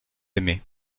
aimés